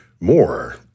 more